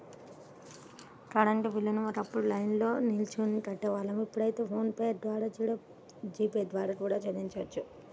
current బిల్లుని ఒకప్పుడు లైన్లో నిల్చొని కట్టేవాళ్ళం ఇప్పుడైతే ఫోన్ పే లేదా జీ పే ద్వారా కూడా చెల్లించొచ్చు